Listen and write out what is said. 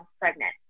pregnant